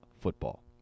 Football